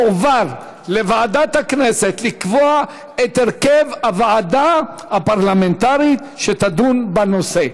יועבר לוועדת הכנסת כדי לקבוע את הרכב הוועדה הפרלמנטרית שתדון בנושא.